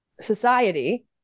society